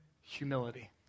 humility